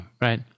right